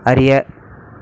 அறிய